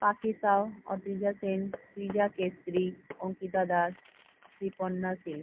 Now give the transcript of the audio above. পাখি সাউ অদ্রিজা সেন শ্রীজা কেশরী অঙ্কিতা দাস শ্রীপর্ণা শীল